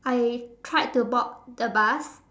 I tried to board the bus